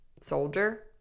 soldier